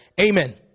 Amen